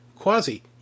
quasi